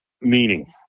meaning